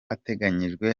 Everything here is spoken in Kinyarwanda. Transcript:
ateganyijwe